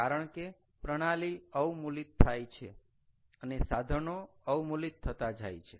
કારણ કે પ્રણાલી અવમૂલીત થાય છે અને સાધનો અવમૂલીત થતા જાય છે